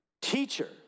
teacher